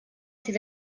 sydd